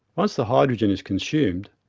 once the hydrogen is consumed,